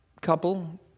couple